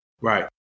Right